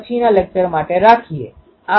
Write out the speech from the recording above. પછીનાં લેકચરમાં આપણે જોઈશું કે આ ભાગની અસર શું છે